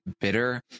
bitter